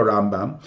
Rambam